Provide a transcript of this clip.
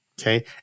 Okay